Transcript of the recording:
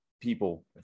people